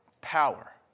power